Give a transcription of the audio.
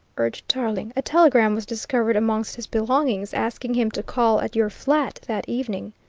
urged tarling. a telegram was discovered amongst his belongings, asking him to call at your flat that evening.